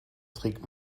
trägt